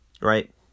Right